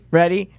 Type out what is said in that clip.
ready